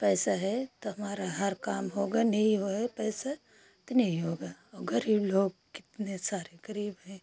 पैसा है तो हमारा हर काम होगा नहीं होए पैसा तो नहीं होगा और ग़रीब लोग कितने सारे ग़रीब हैं